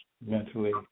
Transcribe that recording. mentally